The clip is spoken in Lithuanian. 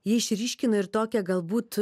ji išryškina ir tokią galbūt